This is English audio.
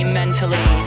mentally